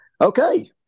okay